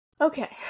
Okay